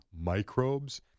microbes